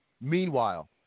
Meanwhile